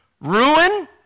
Ruin